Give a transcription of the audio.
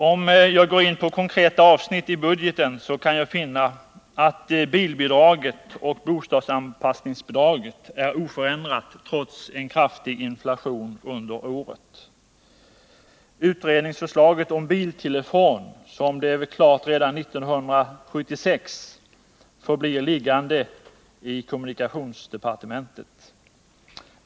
Går jag in på konkreta avsnitt i budgeten finner jag att bilbidraget och bostadsanpassningsbidraget är oförändrade trots en kraftig inflation under året. Utredningsförslaget om biltelefon, som blev klart redan 1976, förblir liggande i kommunikationsdepartementet.